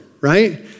right